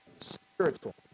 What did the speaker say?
spiritual